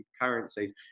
currencies